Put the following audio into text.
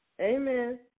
Amen